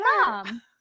mom